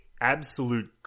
absolute